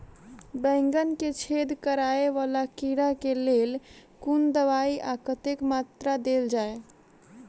बैंगन मे छेद कराए वला कीड़ा केँ लेल केँ कुन दवाई आ कतेक मात्रा मे देल जाए?